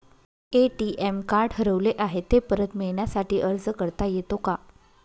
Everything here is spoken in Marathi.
ए.टी.एम कार्ड हरवले आहे, ते परत मिळण्यासाठी अर्ज करता येतो का?